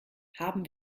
haben